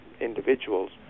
individuals